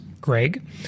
Greg